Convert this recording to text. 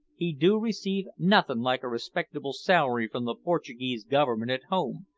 he do receive nothin' like a respectible salary from the portuguese government at home,